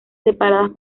separadas